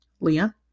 Leah